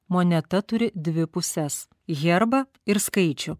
moneta turi dvi puses herbą ir skaičių